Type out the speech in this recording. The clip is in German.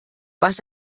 was